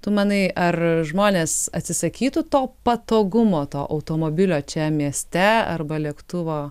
tu manai ar žmonės atsisakytų to patogumo to automobilio čia mieste arba lėktuvo